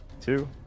two